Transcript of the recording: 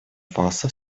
фасо